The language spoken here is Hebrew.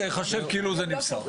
זה ייחשב כאילו זה נמסר.